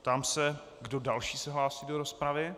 Ptám se, kdo další se hlásí do rozpravy.